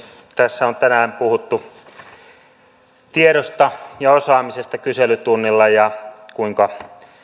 tässä on tänään puhuttu kyselytunnilla tiedosta ja osaamisesta ja siitä kuinka